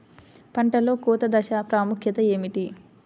పంటలో కోత దశ ప్రాముఖ్యత ఏమిటి?